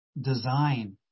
design